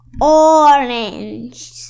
orange